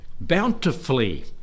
bountifully